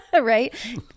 right